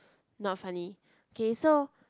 not funny okay so